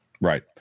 right